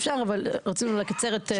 אפשר, אבל רצינו לקצר את זמנה של הוועדה.